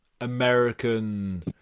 american